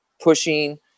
Pushing